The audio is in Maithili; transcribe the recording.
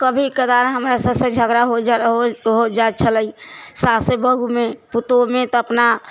कभी कदार हमरा साससँ झगड़ा हो जाइ हो जाइ छलै सासे बहूमे पुतोहूमे तऽ अपना